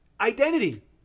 Identity